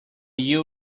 wheel